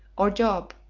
or job,